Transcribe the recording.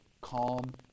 calm